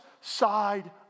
side